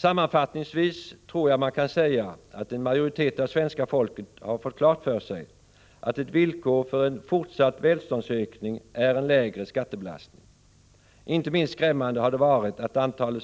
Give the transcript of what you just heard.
Sammanfattningsvis tror jag att man kan säga att en majoritet av svenska folket har fått klart för sig att ett villkor för en fortsatt välståndsökning är en lägre skattebelastning. Inte minst skrämmande har det varit att antalet